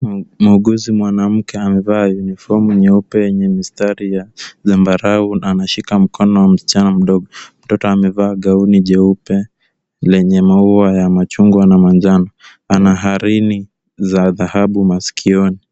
Muuguzi mwanamke amevaa uniformu nyeupe yenye mistari ya zambarau na ana shika mkono wa mchana mdogo. Mtoto amevaa gauni jeupe lenye maua ya machungwa na manjano. Ana harini, za dhahabu, masikioni.